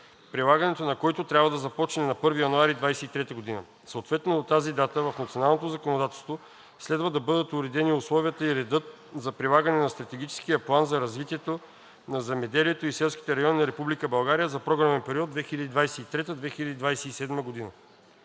прилагането на който трябва да започне на 1 януари 2023 г. Съответно до тази дата в националното законодателство следва да бъдат уредени условията и редът за прилагане на Стратегическия план за развитие на земеделието и селските райони на Република България за програмен период 2023 – 2027 г.